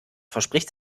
verspricht